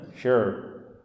Sure